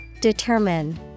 Determine